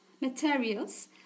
materials